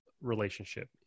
relationship